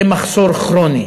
זה מחסור כרוני.